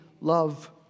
love